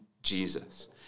Jesus